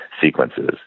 sequences